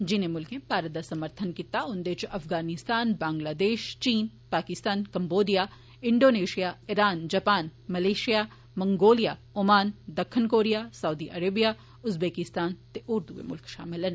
जिनें मुल्खें भारत दा समर्थन कीता ऐ उंदे च Afghanistan Bangladesh China Pakistan Cambodia Indonesia Iran Japan Malaysia Mongolia Oman दक्खन कोरिया साउदी अराबिया उजबेकिस्तान ते होर दुए शामल न